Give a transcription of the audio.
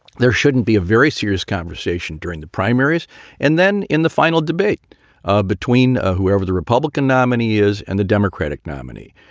there shouldn't be a very serious conversation during the primaries and then in the final debate ah between ah whoever the republican nominee is and the democratic nominee.